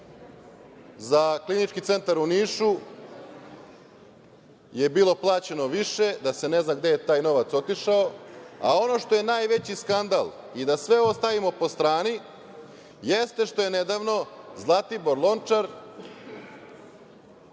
za Klinički centar u Nišu je bilo plaćeno više, da se ne zna gde je taj novac otišao, a ono što je najveći skandal i da sve ovo stavimo po strani, jeste što je nedavno Zlatibor Lončar